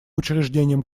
учреждением